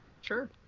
sure